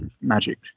magic